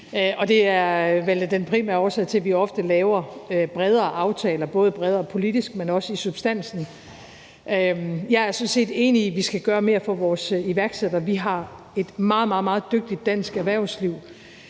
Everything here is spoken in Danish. er vel den primære årsag til, at vi ofte laver bredere aftaler, både bredere politisk, men også i substansen. Jeg er sådan set enig i, at vi skal gøre mere for vores iværksættere. Vi har et meget, meget dygtigt dansk erhvervsliv,